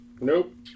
Nope